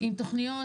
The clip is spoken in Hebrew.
עם תכניות